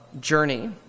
journey